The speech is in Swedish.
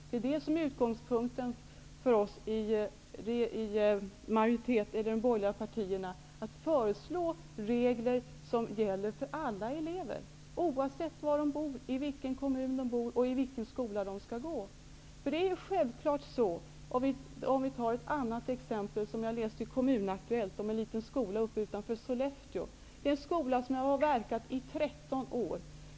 Det är det som är utgångspunkten för oss i de borgerliga partierna, dvs. att föreslå regler som gäller för alla elever oavsett var de bor, i vilken kommun de bor och i vilken skola de skall gå. Vi kan ta ett annat exempel som jag läste om i Kommunaktuellt. Det är en liten skola utanför Sollefteå som har verkat i 13 år.